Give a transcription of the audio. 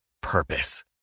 purpose